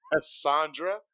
sandra